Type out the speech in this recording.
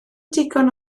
digon